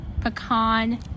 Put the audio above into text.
pecan